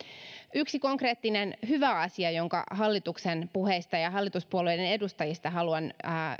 yksi konkreettinen hyvä asia jonka hallituksen puheista ja hallituspuolueiden edustajista haluan